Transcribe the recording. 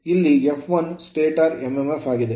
ಇಲ್ಲಿ F1 stator stator mmf ಆಗಿದೆ